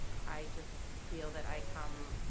i just feel that i come